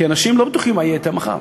כי אנשים לא בטוחים מה יהיה אתם מחר.